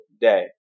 day